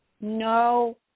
no